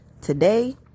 today